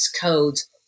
codes